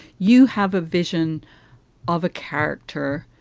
you have a vision of a character.